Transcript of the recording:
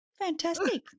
fantastic